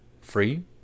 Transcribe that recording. free